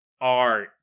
art